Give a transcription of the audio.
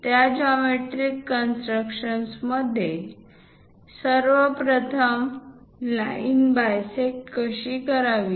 त्या जॉमेट्रीक कन्स्ट्रक्शनमध्ये सर्व प्रथम आवश्यक भाग म्हणजे लाईन बायसेक्ट कशी करावी